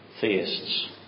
theists